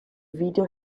video